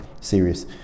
serious